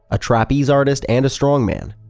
a trapeze artist and strongman,